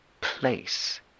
place